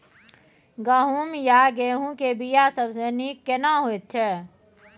गहूम या गेहूं के बिया सबसे नीक केना होयत छै?